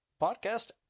podcast